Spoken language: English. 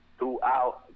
Throughout